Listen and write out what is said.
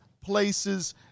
places